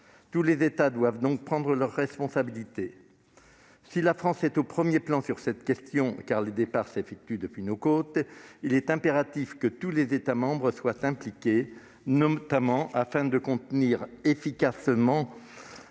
Tous les États doivent donc prendre leurs responsabilités. Si la France est en première ligne sur cette question, car les départs s'effectuent depuis nos côtes, il est impératif que tous les États membres s'impliquent, notamment pour contenir plus efficacement